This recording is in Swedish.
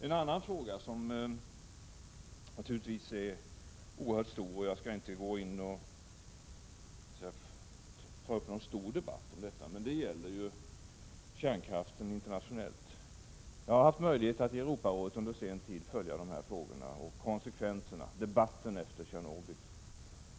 En annan fråga, som naturligtvis är oerhört omfattande och som jag inte skall ta upp en stor debatt om, gäller kärnkraften internationellt. Jag har under senare tid haft möjlighet att i Europarådet följa debatten om konsekvenserna efter Tjernobyl.